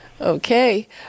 Okay